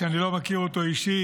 שאני לא מכיר אותו אישית,